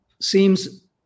seems